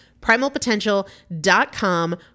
Primalpotential.com